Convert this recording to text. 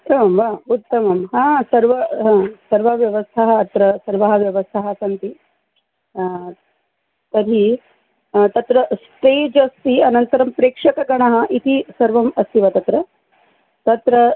एवं वा उत्तमं हा सर्व हा सर्वाः व्यवस्थाः अत्र सर्वाः व्यवस्थाः सन्ति तर्हि तत्र स्टेज् अस्ति अनन्तरं प्रेक्षकगणः इति सर्वम् अस्ति वा तत्र तत्र